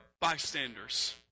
bystanders